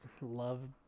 love